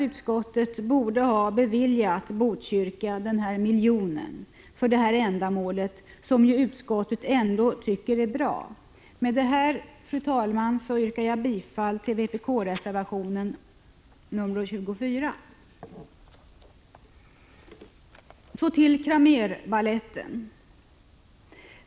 Utskottet borde ha kunnat bevilja Botkyrka 1 miljon för detta ändamål, som ju utskottet ändå tycker är bra. Med detta, fru talman, yrkar jag bifall till vpk-reservationen 24. Så till frågan om Cramérbaletten.